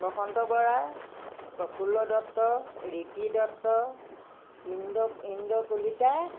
Basanta Bora Prafulla Dutta Riti Dutta Indra Indra Kalita